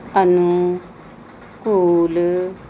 ਅਨੁਕੂਲ